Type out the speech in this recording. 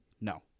No